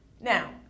Now